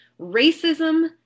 racism